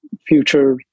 future